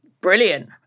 Brilliant